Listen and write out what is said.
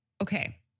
Okay